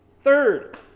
Third